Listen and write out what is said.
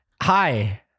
Hi